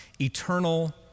eternal